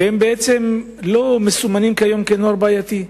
ובעצם לא מסומנים כיום כנוער בעייתי.